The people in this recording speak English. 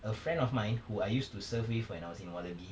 a friend of mine who I used to serve with when I was in wallaby